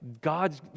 God's